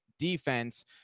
defense